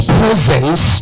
presence